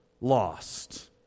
lost